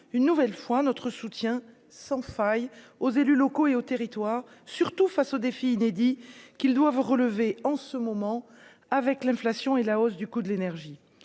une nouvelle fois notre soutien sans faille aux élus locaux et aux territoires surtout face au défi inédit qu'ils doivent relever en ce moment avec l'inflation et la hausse du coût de l'énergie,